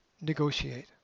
negotiate